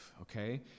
okay